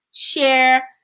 share